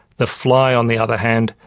the fly, on the other hand,